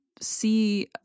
see